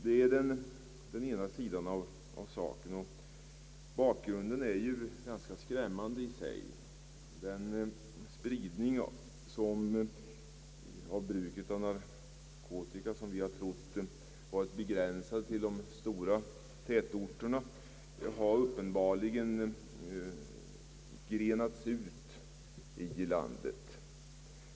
Det är den ena sidan av saken, och bakgrunden är ju ganska skrämmande. Den spridning av bruket av narkotika som vi har trott vara begränsad till de stora tätorterna har numera grenats ut i landet.